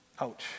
Ouch